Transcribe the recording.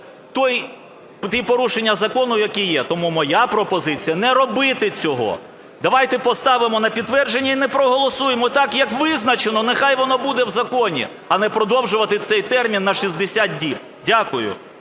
ті порушення закону, які є? Тому моя пропозиція: не робити цього. Давайте поставимо на підтвердження і не проголосуємо так, як визначено, нехай воно буде в законі, а не продовжувати цей термін на 60 діб. Дякую.